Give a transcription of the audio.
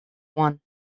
one